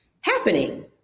happening